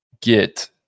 get